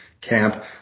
camp